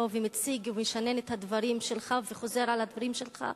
ומציג ומשנן את הדברים שלך וחוזר על הדברים שלך,